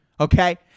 Okay